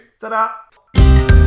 ta-da